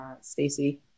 Stacey